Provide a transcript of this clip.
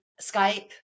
Skype